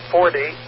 Forty